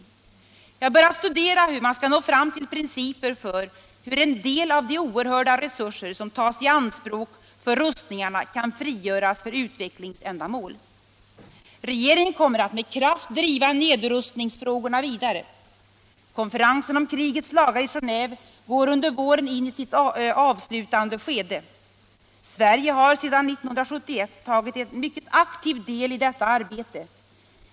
Vi har börjat studera hur man skall nå fram till principer för hur en del av de oerhörda resurser som tas i anspråk för rustningarna kan frigöras för utvecklingsändamål. Regeringen kommer att med kraft driva nedrustningsfrågorna vidare. Konferensen om krigets lagar i Geneve går under våren in i sitt avslutande skede. Sverige har sedan 1971 tagit en mycket aktiv del i detta arbete.